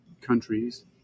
Countries